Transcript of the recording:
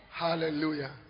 Hallelujah